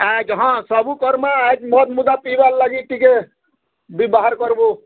ଆଏଜ୍ ହଁ ସବୁ କର୍ମା ଆଏଜ୍ ମଦ୍ମୁଦା ପିଇବାର୍ ଲାଗି ବି ଟିକେ ବାହାର୍ କର୍ବୁ